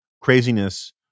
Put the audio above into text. craziness